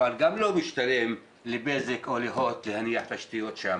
אבל גם לא משתלם לבזק או להוט להניח תשתיות שם.